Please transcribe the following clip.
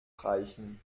reichen